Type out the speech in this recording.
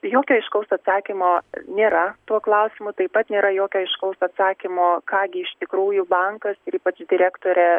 jokio aiškaus atsakymo nėra tuo klausimu taip pat nėra jokio aiškaus atsakymo ką gi iš tikrųjų bankas ir ypač direktorė